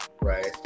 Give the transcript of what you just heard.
right